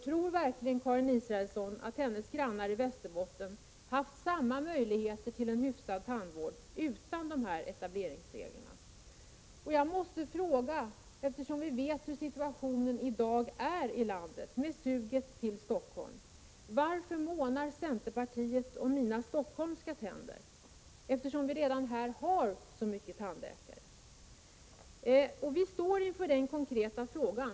Tror Karin Israelsson verkligen att hennes grannar i Västerbotten skulle ha haft samma möjligheter till en hyfsad tandvård utan dessa etableringsregler. Eftersom vi vet hur situationen är i dag ute i landet med suget till Stockholm, måste jag fråga varför centerpartiet just här i Stockholm månar om mina tänder. Vi har ju redan så många tandläkare här. Vi står inför den konkreta frågan.